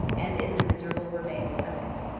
and in the miserable remains of it.